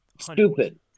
stupid